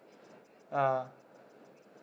uh